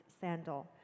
sandal